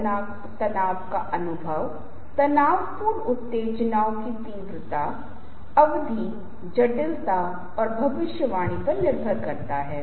और दर्शक बहुत सावधानी से एक आकलन कर रहे हैं क्योंकि आपको लगता है कि दर्शक हमेशा अपने समय का प्रबंधन कर रहे हैं